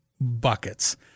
buckets